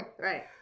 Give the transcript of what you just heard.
Right